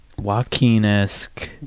Joaquin-esque